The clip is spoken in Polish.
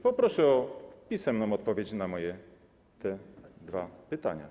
Poproszę o pisemną odpowiedź na te moje dwa pytania.